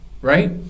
right